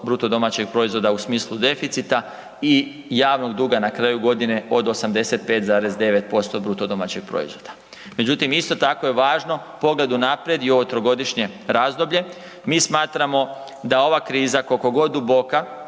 od oko 6,7% BDP-a u smislu deficita i javnog duga na kraju godine od 85,9% BDP-a. Međutim, isto tako je važno u pogledu naprijed i ovo trogodišnje razdoblje, mi smatramo da ova kriza koliko god duboka